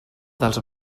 dels